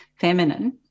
feminine